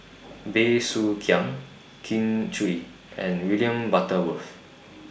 Bey Soo Khiang Kin Chui and William Butterworth